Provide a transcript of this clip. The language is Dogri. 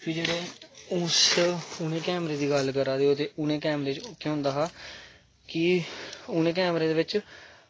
उ'नें कैमरें दी गल्ल करा दे ओ ते उ'नें कैमरें च केह् होंदा हा कि उ'नें कैमरें दे बिच्च